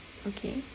okay